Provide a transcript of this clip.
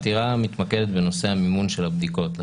אחדד שהעתירה מתמקדת בנושא המימון של הבדיקות.